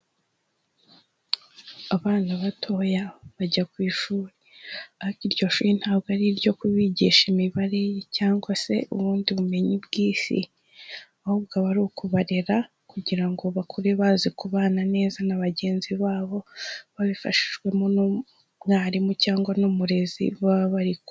Abana batoya bajya ku ishuri, ariko iryo shuri ntabwo ariryo kubigisha imibare, cyangwa se ubundi bumenyi bw'isi, ahubwo aba ari ukubarera kugira ngo bakure baze kubana neza na bagenzi babo, babifashijwemo n'umwarimu cyangwa n'umurezi baba bari kumwe.